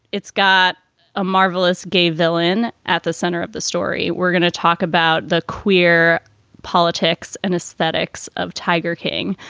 it's got a marvelous gay villain at the center of the story. we're going to talk about the queer politics and aesthetics of tiger king.